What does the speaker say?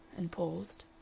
and paused.